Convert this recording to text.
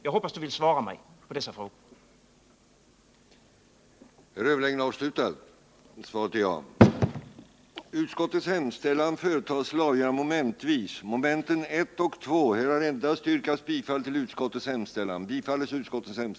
Jag hoppas att du vill svara på dessa frågor, Kjell-Olof Feldt.